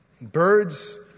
birds